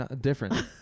Different